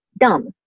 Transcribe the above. dumb